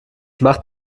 macht